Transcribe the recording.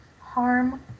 harm